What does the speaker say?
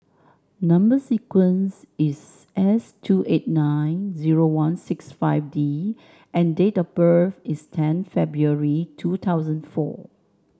number sequence is S two eight nine zero one six five D and date of birth is ten February two thousand four